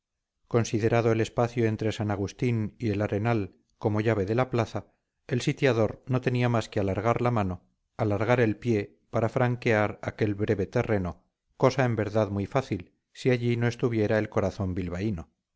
considerado el espacio entre san agustín y el arenal como llave de la plaza el sitiador no tenía más que alargar la mano alargar el pie para franquear aquel breve terreno cosa en verdad muy fácil si allí no estuviera el corazón bilbaíno